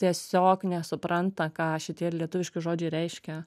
tiesiog nesupranta ką šitie lietuviški žodžiai reiškia